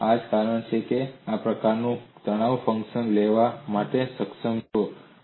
તો આ જ કારણ છે કે તમે આ પ્રકારનું તણાવ ફંક્શન લેવા માટે કેમ સક્ષમ છો